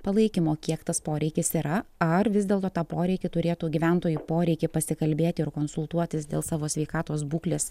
palaikymo kiek tas poreikis yra ar vis dėlto tą poreikį turėtų gyventojų poreikį pasikalbėti ir konsultuotis dėl savo sveikatos būklės